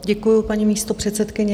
Děkuji, paní místopředsedkyně.